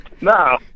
No